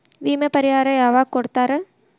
ವಿಮೆ ಪರಿಹಾರ ಯಾವಾಗ್ ಕೊಡ್ತಾರ?